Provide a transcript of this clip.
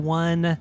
one